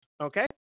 Okay